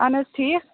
اہن حظ ٹھیٖک